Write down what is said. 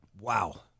Wow